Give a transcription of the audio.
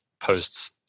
posts